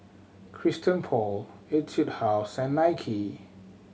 Christian Paul Etude House and Nike